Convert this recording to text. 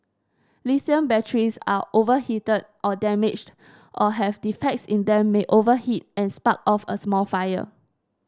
lithium batteries are overheated or damaged or have defects in them may overheat and spark off a small fire